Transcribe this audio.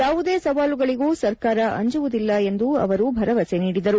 ಯಾವುದೇ ಸವಾಲುಗಳಿಗೂ ಸರ್ಕಾರ ಅಂಜುವುದಿಲ್ಲ ಎಂದು ಅವರು ಭರವಸೆ ನೀಡಿದರು